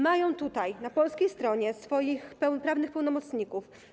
Mają tutaj, po polskiej stronie, swoich prawnych pełnomocników.